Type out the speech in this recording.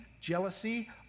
jealousy